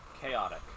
chaotic